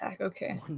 okay